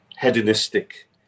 hedonistic